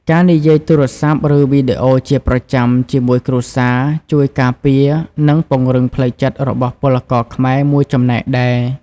ការនិយាយទូរស័ព្ទ ឬវីដេអូជាប្រចាំជាមួយគ្រួសារជួយការពារ និងពង្រឹងផ្លូវចិត្តរបស់ពលករខ្មែរមួយចំណែកដែរ។